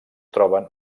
troben